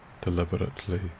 deliberately